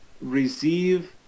receive